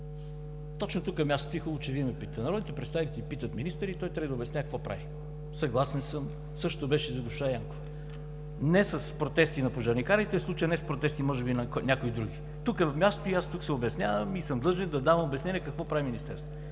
Точно тук е мястото и хубаво, че ме питате. Народните представители питат министъра и той трябва да обяснява какво прави. Съгласен съм, същото беше и за госпожа Янкова. Не с протести на пожарникарите, в случая не с протести може би на някои други. Тук е мястото, тук се обяснявам и съм длъжен да давам обяснение какво прави Министерството.